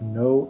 no